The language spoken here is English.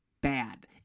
bad